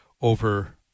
over